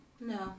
No